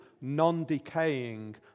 non-decaying